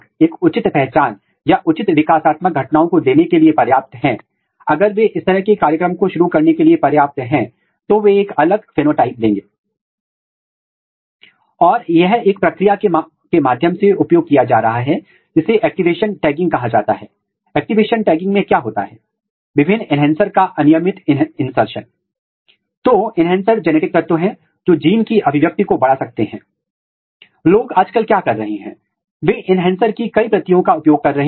और आप कुछ उदाहरण देख सकते हैं कि बहुत सारे जीनों की पहचान करने के लिए इसका बहुत सफलतापूर्वक उपयोग किया गया है जिनके एक्सप्रेशन बहुत ही प्रतिबंधित तरीके से हैं उदाहरण के लिए इस जीन को पत्ती में व्यक्त किया जाता है जिसे ट्राइकोम में व्यक्त किया जाता है तब यह रूट एपिकल मेरिस्टेम में व्यक्त किया जाता है इसी तरह यदि आप देख सकते हैं तो यहां पार्श्व प्राइमर्डियस आ रहे हैं